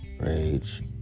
rage